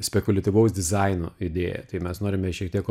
spekuliatyvaus dizaino idėją tai mes norime šiek tiek